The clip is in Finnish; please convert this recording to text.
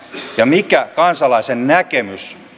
ja mikä kansalaisen näkemys